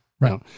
Right